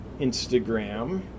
Instagram